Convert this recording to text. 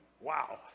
Wow